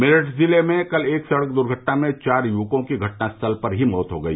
मेरठ ज़िले में कल एक सड़क दुर्घटना में चार युवकों की घटनास्थल पर ही मौत हो गई